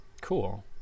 Cool